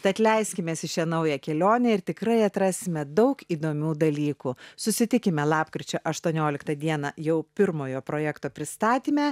tad leiskimės į šią naują kelionę ir tikrai atrasime daug įdomių dalykų susitikime lapkričio aštuonioliktą dieną jau pirmojo projekto pristatyme